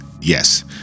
yes